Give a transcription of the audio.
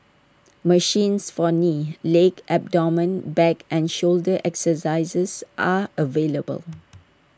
machines for knee leg abdomen back and shoulder exercises are available